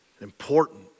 Important